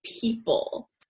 people